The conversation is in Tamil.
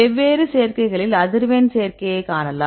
வெவ்வேறு சேர்க்கைகளில் அதிர்வெண் சேர்க்கையை காணலாம்